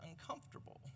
uncomfortable